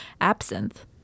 absinthe